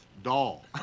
doll